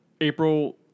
April